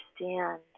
understand